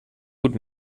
gut